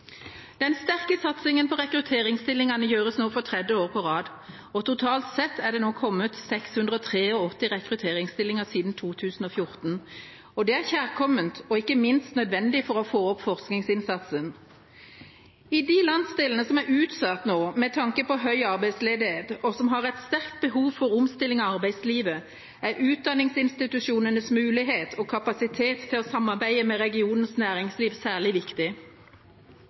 gjøres nå for tredje år på rad. Totalt sett er det nå kommet 683 rekrutteringsstillinger siden 2014. Det er kjærkomment og ikke minst nødvendig for å få opp forskningsinnsatsen. I de landsdelene som er utsatt med tanke på høy arbeidsledighet, og som har et sterkt behov for omstilling av arbeidslivet, er utdanningsinstitusjonenes mulighet og kapasitet til å samarbeide med regionens næringsliv særlig viktig.